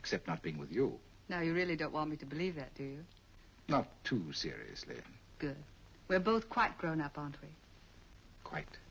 except not being with you now you really don't want me to believe that do you not too seriously we're both quite grown up and quite